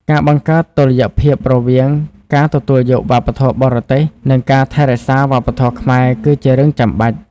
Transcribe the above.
ការបង្កើតតុល្យភាពរវាងការទទួលយកវប្បធម៌បរទេសនិងការថែរក្សាវប្បធម៌ខ្មែរគឺជារឿងចាំបាច់។